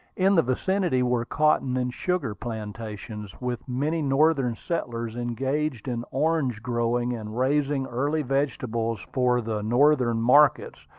in the vicinity were cotton and sugar plantations, with many northern settlers engaged in orange-growing and raising early vegetables for the northern markets.